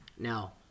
Now